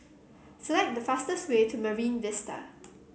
select the fastest way to Marine Vista